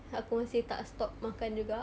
aku masih tak stop makan juga